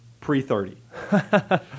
pre-30